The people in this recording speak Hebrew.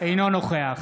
אינו נוכח